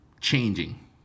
changing